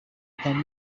kandi